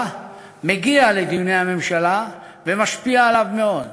מגיע לדיוני הממשלה ומשפיע עליהם מאוד.